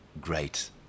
great